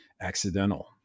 accidental